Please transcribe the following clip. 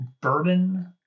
bourbon